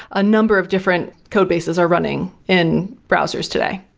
a number of different codebases are running in browsers today.